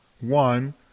one